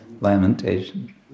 Lamentation